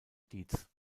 diez